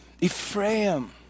Ephraim